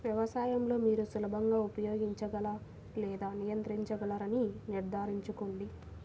వ్యవసాయం లో మీరు సులభంగా ఉపయోగించగల లేదా నియంత్రించగలరని నిర్ధారించుకోండి